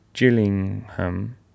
Gillingham